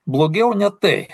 blogiau ne tai